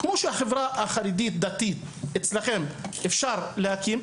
אז כמו שבחברה החרדית מקימים אצלכם מוסדות תואמים,